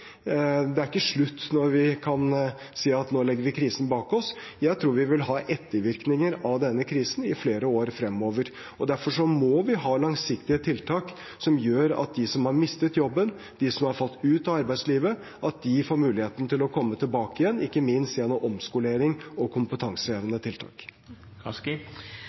Det er ikke slutt når vi kan si at nå legger vi krisen bak oss. Jeg tror vi vil ha ettervirkninger av denne krisen i flere år fremover, og derfor må vi ha langsiktige tiltak som gjør at de som har mistet jobben, de som har falt ut av arbeidslivet, får muligheten til å komme tilbake igjen, ikke minst gjennom omskolering og kompetansehevende